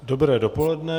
Dobré dopoledne.